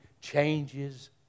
changes